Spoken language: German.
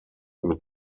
mit